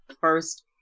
first